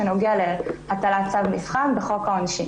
שנוגע להטלת צו מבחן בחוק העונשין.